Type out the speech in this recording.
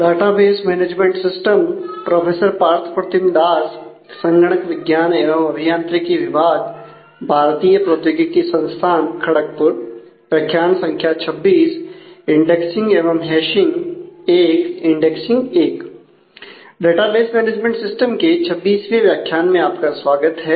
database management system के 26वें व्याख्यान में आपका स्वागत है